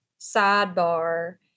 sidebar